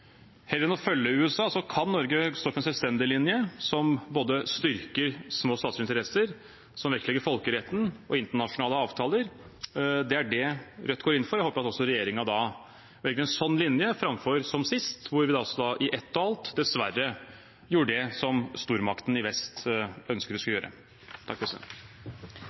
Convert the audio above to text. Heller enn å følge USA kan Norge stå på en selvstendig linje som både styrker små staters interesser, og som vektlegger folkeretten og internasjonale avtaler. Det er det Rødt går inn for. Jeg håper at også regjeringen velger en sånn linje, framfor som sist, hvor vi i ett og alt dessverre gjorde det som stormakten i vest ønsket at vi skulle gjøre. Først vil jeg få si takk